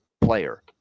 Player